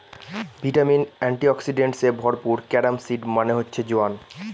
vitamin, antioxidants এ ভরপুর carom seed মানে হচ্ছে জোয়ান